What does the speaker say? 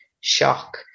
shock